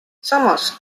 samas